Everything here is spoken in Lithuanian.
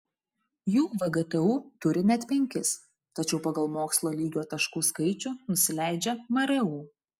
jų vgtu turi net penkis tačiau pagal mokslo lygio taškų skaičių nusileidžia mru